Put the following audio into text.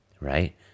right